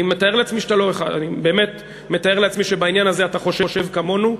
אני מתאר לעצמי שבעניין הזה אתה חושב כמונו,